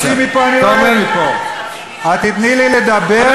אני רוצה להגיד לך משהו.